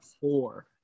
four